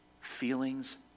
Feelings